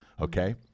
okay